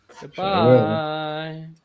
goodbye